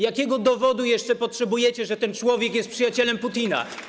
Jakiego dowodu jeszcze potrzebujecie na to, że ten człowiek jest przyjacielem Putina?